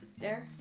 there?